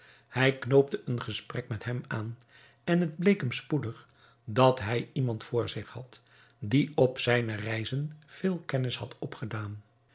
hij knoopte een gesprek met hem aan en het bleek hem spoedig dat hij iemand voor had die op zijne reizen veel kennis had opgedaan